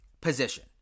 position